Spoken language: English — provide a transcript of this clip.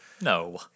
No